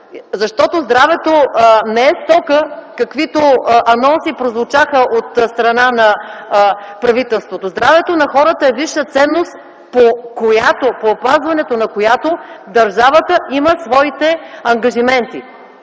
Здравето не е стока, каквито анонси прозвучаха от страна на правителството. Здравето на хората е висша ценност, по опазването на която държавата има своите ангажименти.